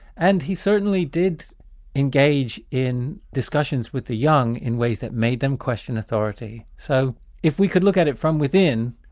and he certainly did engage in discussions with the young in ways that made them question authority. so if we can look at it from within,